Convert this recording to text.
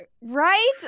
right